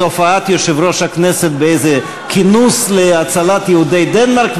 הופעת יושב-ראש הכנסת באיזה כינוס להצלת יהודי דנמרק,